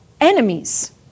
enemies